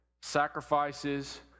sacrifices